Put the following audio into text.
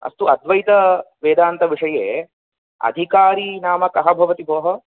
अस्तु अद्वैतवेदान्तविषये अधिकारी नाम कः भवति भोः